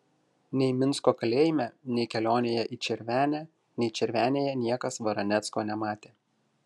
nei minsko kalėjime nei kelionėje į červenę nei červenėje niekas varanecko nematė